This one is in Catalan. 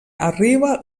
arriba